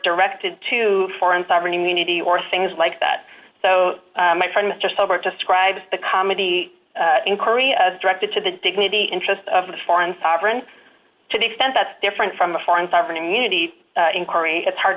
directed to foreign sovereign immunity or things like that so my friend just over describes the comedy in korea directed to the dignity interest of the foreign sovereign to the extent that's different from a foreign sovereign immunity in korea it's hard